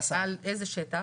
על איזה שטח?